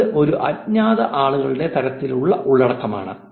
കാരണം ഇത് ഒരു അജ്ഞാത ആളുകളുടെ തരത്തിലുള്ള ഉള്ളടക്കമാണ്